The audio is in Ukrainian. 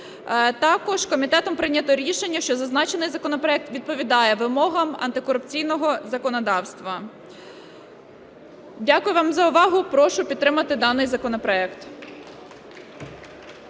Також комітетом прийнято рішення, що зазначений законопроект відповідає вимогам антикорупційного законодавства. Дякую вам за увагу, прошу підтримати даний законопроект.